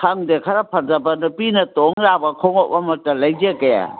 ꯈꯪꯗꯦ ꯈꯔ ꯐꯖꯕ ꯅꯨꯄꯤꯅ ꯇꯣꯡ ꯌꯥꯕ ꯈꯣꯡꯉꯨꯞ ꯑꯃꯠꯇ ꯂꯩꯖꯒꯦ